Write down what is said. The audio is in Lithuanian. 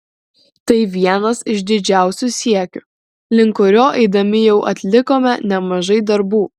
tai vienas iš didžiausių siekių link kurio eidami jau atlikome nemažai darbų